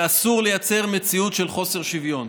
ואסור לייצר מציאות של חוסר שוויון.